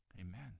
Amen